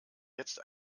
jetzt